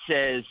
says